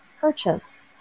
purchased